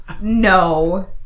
No